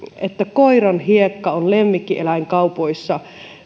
että koiranhiekka on lemmikkieläinkaupoissa